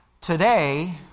Today